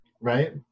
right